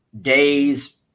days